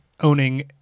owning